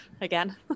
again